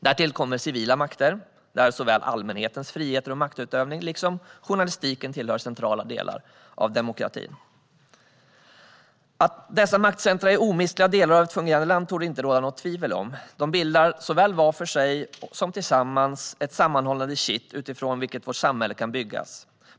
Därtill kommer civila makter, där såväl allmänhetens friheter och maktutövning som journalistiken tillhör centrala delar av demokratin. Att dessa maktcentra är omistliga delar av ett fungerande land torde det inte råda något tvivel om. De bildar - såväl var för sig som tillsammans - ett sammanhållande kitt utifrån vilket vårt samhälle kan byggas.